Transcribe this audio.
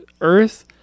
Earth